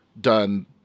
done